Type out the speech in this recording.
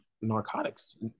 narcotics